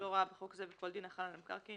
הוראה בחוק זה וכל דין החל על מקרקעין,